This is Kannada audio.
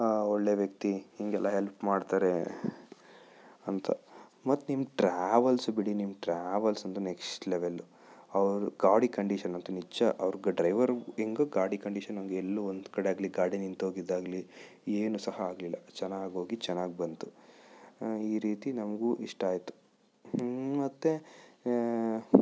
ಒಳ್ಳೆ ವ್ಯಕ್ತಿ ಹಿಂಗೆಲ್ಲ ಹೆಲ್ಪ್ ಮಾಡ್ತಾರೆ ಅಂತ ಮತ್ತು ನಿಮ್ಮ ಟ್ರಾವೆಲ್ಸ್ ಬಿಡಿ ನಿಮ್ಮ ಟ್ರಾವೆಲ್ಸ್ ಅಂತು ನೆಕ್ಸ್ಟ್ ಲೆವೆಲ್ಲು ಅವ್ರ ಗಾಡಿ ಕಂಡೀಶನ್ ಅಂತು ನಿಜ ಅವ್ರ್ಗೆ ಡ್ರೈವರ್ ಹೇಗೋ ಗಾಡಿ ಕಂಡೀಶನ್ನು ಹಾಗೆ ಎಲ್ಲೂ ಒಂದು ಕಡೆ ಆಗಲಿ ಗಾಡಿ ನಿಂತೋಗಿದ್ದಾಗಲಿ ಏನು ಸಹ ಆಗಲಿಲ್ಲ ಚೆನ್ನಾಗಿ ಹೋಗಿ ಚೆನ್ನಾಗಿ ಬಂತು ಈ ರೀತಿ ನಮಗೂ ಇಷ್ಟ ಆಯಿತು ಮತ್ತೆ